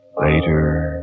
later